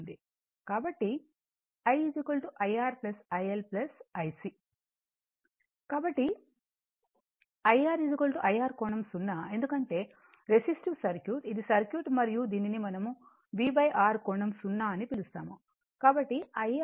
కాబట్టిIIR IL IC కాబట్టి IR IR కోణం 0 ఎందుకంటే రెసిస్టివ్ సర్క్యూట్ ఇది సర్క్యూట్ మరియు దీనిని మనం V R కోణం 0 అని పిలుస్తాము